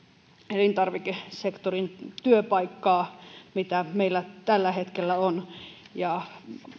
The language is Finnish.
elintarvikesektorin työpaikkaa mitä meillä tällä hetkellä on